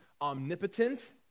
omnipotent